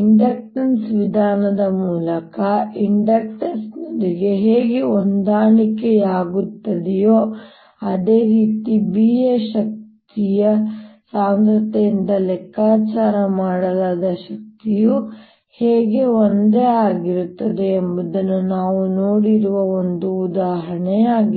inductance ವಿಧಾನದ ಮೂಲಕ inductance ನೊಂದಿಗೆ ಹೇಗೆ ಹೊಂದಾಣಿಕೆಯಾಗುತ್ತದೆಯೋ ಅದೇ ರೀತಿ b ಯ ಶಕ್ತಿಯ ಸಾಂದ್ರತೆಯಿಂದ ಲೆಕ್ಕಾಚಾರ ಮಾಡಲಾದ ಶಕ್ತಿಯು ಹೇಗೆ ಒಂದೇ ಆಗಿರುತ್ತದೆ ಎಂಬುದನ್ನು ನಾವು ನೋಡಿರುವ ಒಂದು ಉದಾಹರಣೆಯಾಗಿದೆ